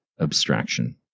abstraction